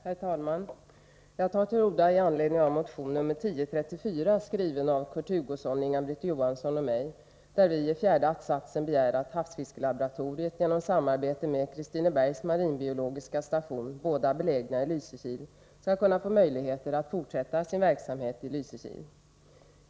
Herr talman! Jag tar till orda i anledning av motion nr 1034, skriven av Kurt Hugosson, Inga-Britt Johansson och av mig. I fjärde att-satsen begär vi att havsfiskelaboratoriet genom samarbete med Kristinebergs marinbiologiska station — båda belägna i Lysekil — skall kunna få möjligheter att fortsätta sin verksamhet i Lysekil.